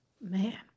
Man